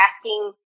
asking